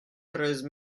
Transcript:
treize